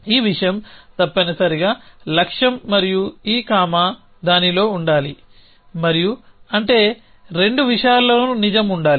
ఈ విషయం తప్పనిసరిగా లక్ష్యం మరియు ఈ కామా దానిలో ఉండాలి మరియు అంటే రెండు విషయాలలోనూ నిజం ఉండాలి